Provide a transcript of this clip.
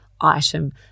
item